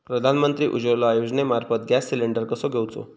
प्रधानमंत्री उज्वला योजनेमार्फत gas cylinder कसो घेऊचो?